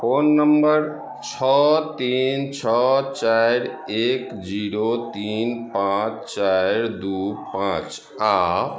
phone number छओ तीन छओ चारि एक जीरो तीन पाँच चारि दू पाँच आ